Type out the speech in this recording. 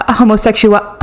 homosexual